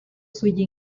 sugli